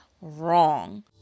wrong